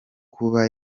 kuba